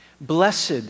Blessed